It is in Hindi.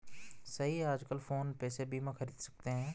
सही है आजकल फ़ोन पे से बीमा ख़रीद सकते हैं